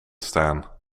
staan